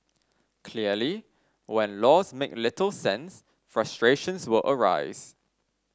clearly when laws make little sense frustrations will arise